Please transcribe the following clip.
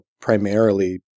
primarily